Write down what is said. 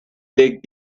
dig